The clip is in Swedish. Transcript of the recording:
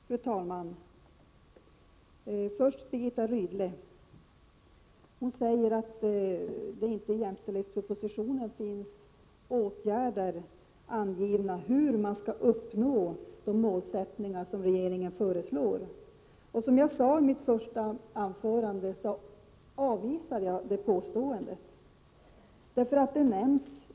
Fru talman! Först till Birgitta Rydle: Birgitta Rydle säger att det i jämställdhetspropositionen inte finns angivet hur man skall uppnå de målsättningar som regeringen föreslår. Redan i mitt första anförande i den här debatten avvisade jag det påståendet.